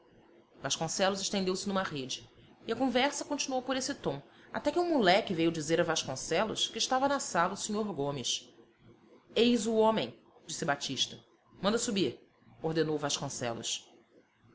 vasconcelos estendeu-se numa rede e a conversa continuou por esse tom até que um moleque veio dizer a vasconcelos que estava na sala o sr gomes eis o homem disse batista manda subir ordenou vasconcelos